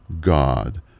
God